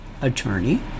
Attorney